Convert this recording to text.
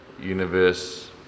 universe